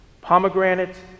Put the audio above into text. pomegranates